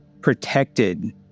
protected